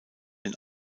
den